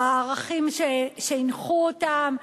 הערכים שהנחו אותם,